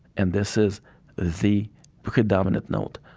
and this is the predominant note,